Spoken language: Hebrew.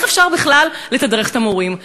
איך אפשר בכלל לתדרך את המורים,